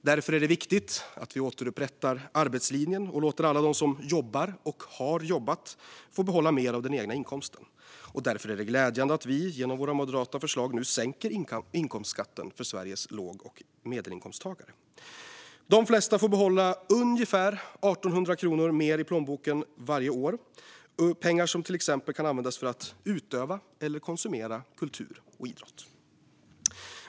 Därför är det viktigt att vi återupprättar arbetslinjen och låter alla dem som jobbar och har jobbat få behålla mer av den egna inkomsten. Därför är det glädjande att vi, genom våra moderata förslag, nu sänker inkomstskatten för Sveriges låg och medelinkomsttagare. De flesta får behålla ungefär 1 800 kronor mer i plånboken varje år. Det är pengar som till exempel kan användas för att utöva eller konsumera kultur och idrott.